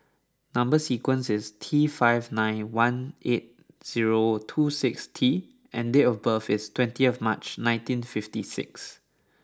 number sequence is T five nine one eight zero two six T and date of birth is twentieth March nineteen fifty six